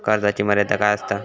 कर्जाची मर्यादा काय असता?